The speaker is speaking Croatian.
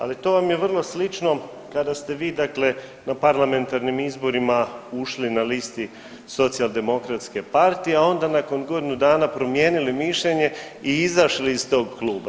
Ali to vam je vrlo slično kada te vi, dakle na parlamentarnim izborima ušli na listi Socijaldemokratske partije, a onda nakon godinu dana promijenili mišljenje i izašli iz tog kluba.